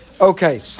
Okay